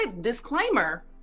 disclaimer